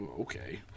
okay